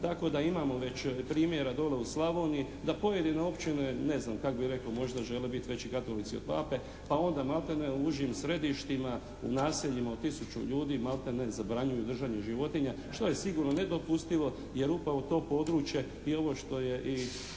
tako da imamo već primjera dolje u Slavoniji da pojedine općine ne znam kak' bi rekao možda žele biti veći katolici od Pape pa onda maltene u užim središtima, u naseljima od tisuću ljudi maltene zabranjuju držanje životinja što je sigurno nedopustivo jer upravo to područje i ovo što je i